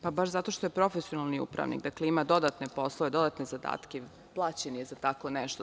Pa baš zato što je profesionalni upravnik i ima dodatne poslove, dodatne zadatke, plaćen je za tako nešto.